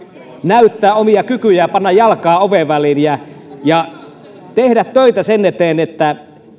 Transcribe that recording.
näyttää omia kykyjään ja panna jalkaa oven väliin ja tehdä töitä sen eteen että